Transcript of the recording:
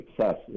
success